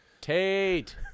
Tate